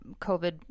COVID